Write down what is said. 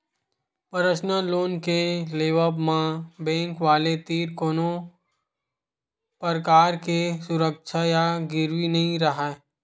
personal loan के लेवब म बेंक वाले तीर कोनो परकार के सुरक्छा या गिरवी नइ राहय